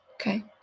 Okay